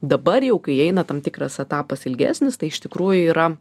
dabar jau kai eina tam tikras etapas ilgesnis tai iš tikrųjų yra